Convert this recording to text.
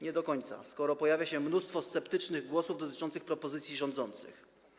Nie do końca, skoro pojawia się mnóstwo sceptycznych głosów dotyczących propozycji rządzących.